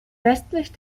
westlich